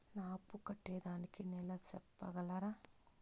నా అప్పు కట్టేదానికి నెల సెప్పగలరా?